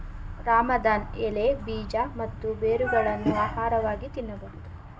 ರಾಮದಾನ್ ಎಲೆ, ಬೀಜ ಮತ್ತು ಬೇರುಗಳನ್ನು ಆಹಾರವಾಗಿ ತಿನ್ನಬೋದು